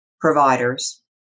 providers